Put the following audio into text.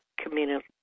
community